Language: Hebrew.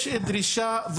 יש דרישה,